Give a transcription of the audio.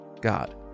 God